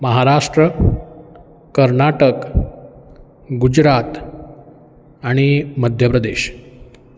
महाराष्ट्र कर्नाटक गुजरात आनी मध्य प्रदेश